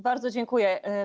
Bardzo dziękuję.